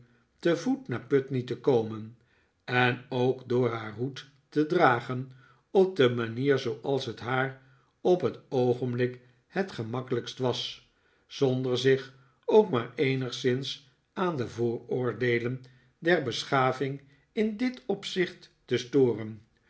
te voet naar putney te komen en ook door haar hoed te dragen op de manier zooals het haar op het oogenblik het gemakkelijkst was zonder zich ook maar eenigszins aan de vooroordeelen der beschaving in dit opzicht te storen